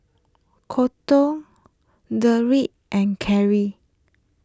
Kolton Derrek and Carry